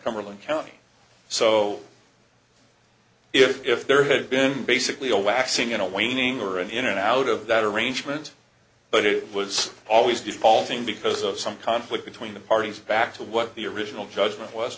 cumberland county so if there had been basically a waxing and waning or an intern out of that arrangement but it was always defaulting because of some conflict between the parties back to what the original judgment w